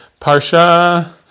Parsha